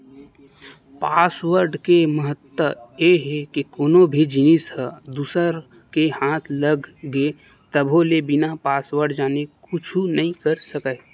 password के महत्ता ए हे के कोनो भी जिनिस ह दूसर के हाथ लग गे तभो ले बिना पासवर्ड जाने कुछु नइ कर सकय